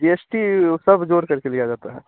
जी S T सब जोड़ करके दिया जाता है